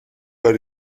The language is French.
pas